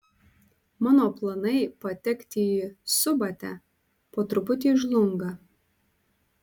mano planai patekti į subatę po truputį žlunga